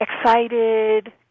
excited